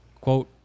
quote